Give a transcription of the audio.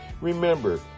Remember